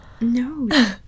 No